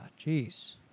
jeez